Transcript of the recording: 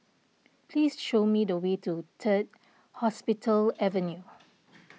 please show me the way to Third Hospital Avenue